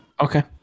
okay